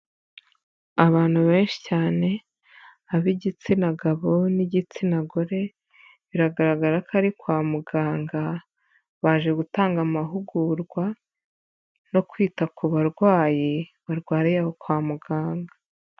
Abantu benshi cyane ab'igitsina gabo n'igitsina gore, biragaragara ko ari kwa muganga, baje gutanga amahugurwa no kwita ku barwayi, barwariye kwa muganga.